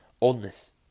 oldness